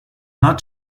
not